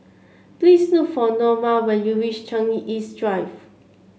please look for Naoma when you reach Changi East Drive